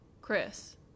Chris